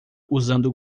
usando